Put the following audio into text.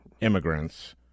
immigrants